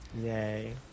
yay